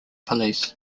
police